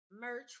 merch